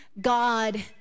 God